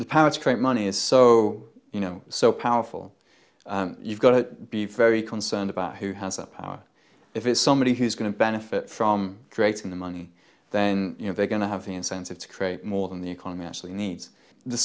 create money is so you know so powerful you've got to be very concerned about who has the power if it's somebody who's going to benefit from drayton the money then you know they're going to have the incentive to create more than the economy actually needs the